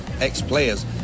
ex-players